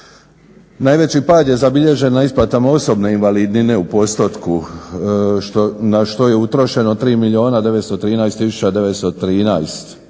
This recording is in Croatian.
Najveći pad je zabilježen na isplatama osobne invalidnine u postotku, na što je utrošeno 3 913 913,69